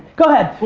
go ahead.